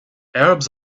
arabs